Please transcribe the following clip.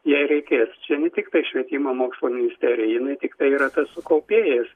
jai reikės čia ne tiktai švietimo mokslo ministerija jinai tiktai yra tas kaupėjas